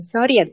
Sorry